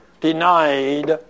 denied